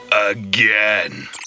again